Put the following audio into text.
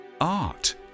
Art